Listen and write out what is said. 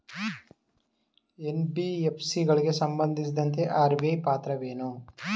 NBFC ಗಳಿಗೆ ಸಂಬಂಧಿಸಿದಂತೆ RBI ಪಾತ್ರವೇನು?